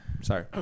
Sorry